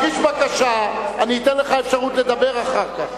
תגיש בקשה, אתן לך אפשרות לדבר אחר כך.